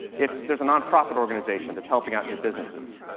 if there's a nonprofit organization that's helping out new businesses,